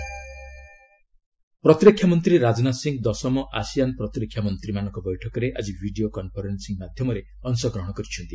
defence minister ପ୍ରତିରକ୍ଷାମନ୍ତ୍ରୀ ରାଜନାଥ ସିଂହ ଦଶମ ASEAN ପ୍ରତିରକ୍ଷାମନ୍ତ୍ରୀମାନଙ୍କ ବୈଠକରେ ଆଜି ଭିଡ଼ିଓ କନ୍ଫରେନ୍ସିଂ ମାଧ୍ୟମରେ ଅଂଶଗ୍ରହଣ କରିଛନ୍ତି